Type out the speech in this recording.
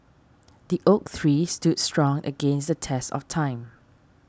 the oak tree stood strong against the test of time